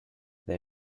they